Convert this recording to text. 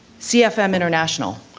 cfm international.